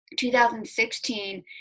2016